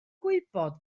gwybod